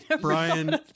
Brian